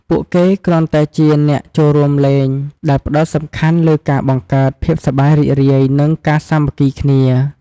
ពួកគេគ្រាន់តែជា អ្នកចូលរួមលេង ដែលផ្ដោតសំខាន់លើការបង្កើតភាពសប្បាយរីករាយ និងការសាមគ្គីគ្នា។